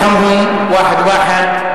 אללה ירחמהום ואחד ואחד,